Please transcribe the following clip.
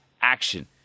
action